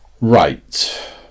right